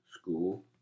school